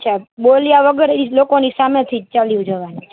અચ્છા બોલ્યા વગર એ લોકોની સામેથી જ ચાલ્યું જવાનું